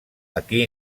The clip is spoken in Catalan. aquí